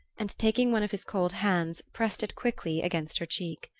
and taking one of his cold hands pressed it quickly against her cheek.